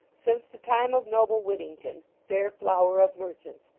since the time of noble whittington, fair flower of merchants,